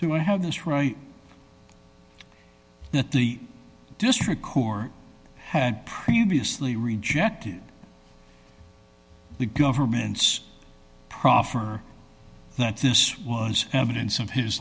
to have this right that the district court had previously rejected the government's proffer that this was evidence of his